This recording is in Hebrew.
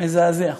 מזעזע: